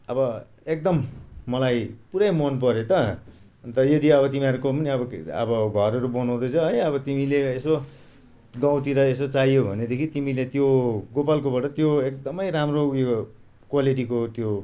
आब एकदम मलाई पुरै मनपर्यो त अन्त यदि अब तिमीहरूको पनि अब अब घरहरू बनाउँदैछ है अब तिमीले यसो गाउँतिर यसो चाहियो भनेदेखि तिमीले त्यो गोपालकोबाट त्यो एकदमै राम्रो उयो क्वालिटीको त्यो